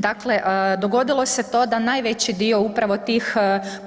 Dakle, dogodilo se to da najveći dio upravo tih